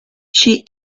she